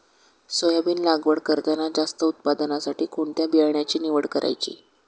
Soybean लागवड करताना जास्त उत्पादनासाठी कोणत्या बियाण्याची निवड करायची?